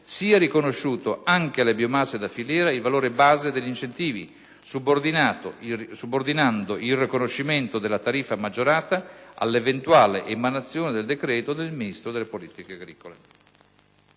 sia riconosciuto anche alle biomasse da filiera il valore "base" degli incentivi, subordinando il riconoscimento della tariffa maggiorata all'eventuale emanazione del decreto del Ministro delle politiche agricole.